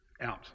out